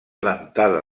dentada